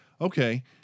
Okay